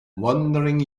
wandering